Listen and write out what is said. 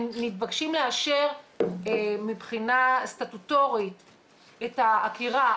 מתבקשים לאשר מבחינה סטטוטורית את העקירה,